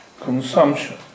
consumption